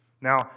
Now